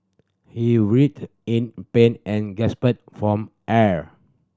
he writhed in pain and gasped from air